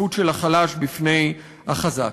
השקיפות של החלש בפני החזק.